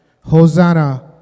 Hosanna